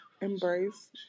Embrace